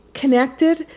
connected